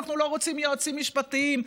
אנחנו לא רוצים יועצים משפטיים,